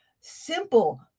simple